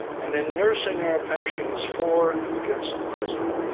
and, in nursing our ah passions for and against the president,